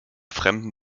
fremden